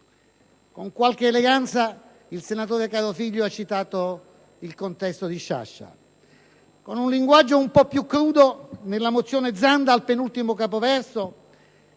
Con qualche eleganza il senatore Carofiglio ha citato "Il contesto" di Sciascia; con un linguaggio un po' più crudo, nella mozione Zanda, al penultimo capoverso,